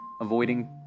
avoiding